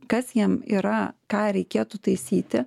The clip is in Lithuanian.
kas jiem yra ką reikėtų taisyti